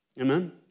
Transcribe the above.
Amen